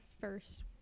first